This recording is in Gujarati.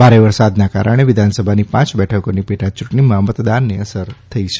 ભારે વરસાદના કારણે વિધાનસભાની પાંચ બેઠકોની પેટાચૂંટણીમાં મતદાનને અસર થઇ છે